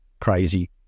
crazy